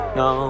no